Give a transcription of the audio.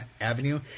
Avenue